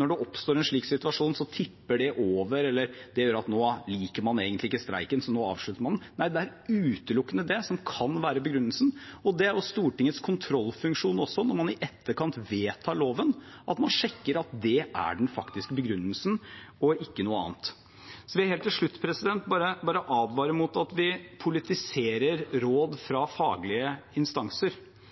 når det oppstår en slik situasjon, så tipper det over, eller nå liker man egentlig ikke streiken, så avslutter man den – nei, det er utelukkende det som kan være begrunnelsen. Det er Stortingets kontrollfunksjon, i etterkant av at man vedtar loven, å sjekke at det er den faktiske begrunnelsen og ikke noe annet. Så vil jeg helt til slutt bare advare mot at vi politiserer råd fra faglige instanser.